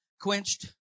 quenched